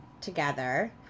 together